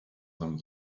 them